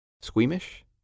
squeamish